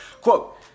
Quote